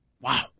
Wow